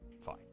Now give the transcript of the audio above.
Fine